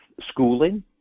schooling